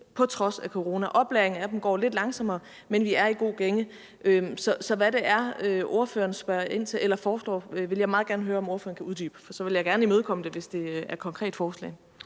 som man skulle. Oplæringen af dem går lidt langsommere, men vi er inde i en god gænge. Så hvad det er ordføreren spørger ind til eller foreslår, vil jeg meget gerne høre om ordføreren kan uddybe. Jeg vil gerne imødekomme det, hvis det er et konkret forslag.